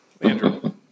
Andrew